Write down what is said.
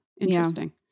interesting